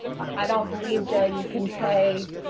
i don't believe jay, you can pay,